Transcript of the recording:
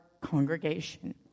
congregation